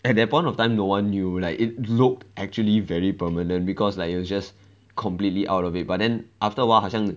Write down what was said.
at that point of time no one knew like it looked actually very permanent because like he was just completely out of it but then after awhile 好像